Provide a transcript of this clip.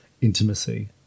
intimacy